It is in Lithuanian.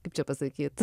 kaip čia pasakyt